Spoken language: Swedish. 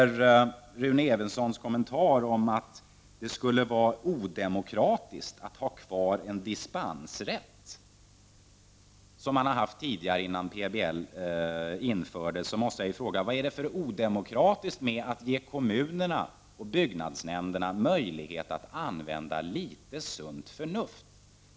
Rune Evensson kommenterade att det skulle vara odemokratiskt att ha kvar en dispensrätt som fanns tidigare innan PBL infördes. Vad är det som är odemokratiskt med att ge kommunerna och byggnadsnämnderna möjlighet att använda litet sunt förnuft?